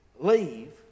leave